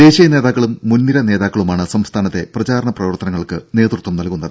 ദേശീയ നേതാക്കളും മുൻനിര നേതാക്കളുമാണ് സംസ്ഥാനത്തെ പ്രചാരണ പ്രവർത്തനങ്ങൾക്ക് നേതൃത്വം നൽകുന്നത്